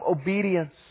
obedience